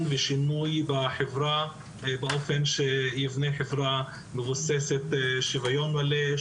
ושינוי בחברה באופן שיבנה חברה מבוססת שוויון מלא,